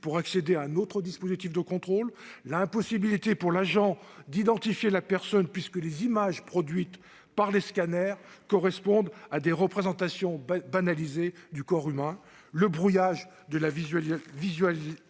d'avoir accès à un autre dispositif de contrôle ; l'impossibilité pour l'agent d'identifier la personne contrôlée, puisque les images produites par les scanners correspondent à des représentations banalisées du corps humain ; le brouillage de la visualisation